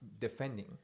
defending